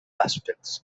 aspects